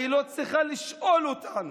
היא לא צריכה לשאול אותנו.